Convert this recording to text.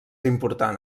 important